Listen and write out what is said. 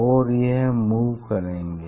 और यह मूव करेंगे